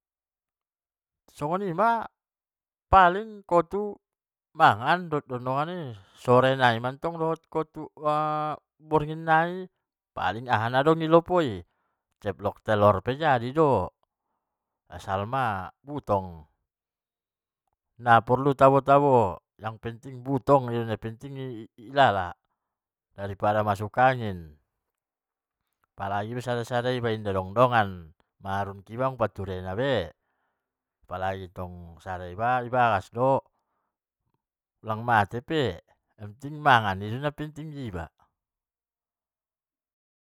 Dongan dongan marcarito-carito, sambil mangan minum na air putih ma, pokokna tong kan marcarito-marcarito mattong dohot dongan-dongan sude na aha nadong isi, masalah na i kampung pe mai caritoon doma sude, attong kombur ma dohot mangan, mangan dohot dongan-dongan i ma mar gule bulung gadung, dohot rondang dohot, sambal tuktuk disi masude i, marsuo dohot dongan nasu unjung marsuo, marsuo, jadi ma aha mattong disi sude ma, marcarito be aha unek-unek na, guarna pe tong i lopo kan, na soni ma sude i, aha na dokkon in ma jawab kalai, non mocom itik-itik roa soni sambil mangan, adong natarsiluk bennna natagi namangan i dohot namangecet i dohot dongan-dongan, son dia mattong te sonima tagi na ilala namangan dohot dongan-dongan dohot na i lopo i, bope natabo gule na, leng tabo raso na ima rame-rame, bope na sambal tuktuk, dohot rondang songon bulung gadung matabo ilala sude.